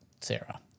Sarah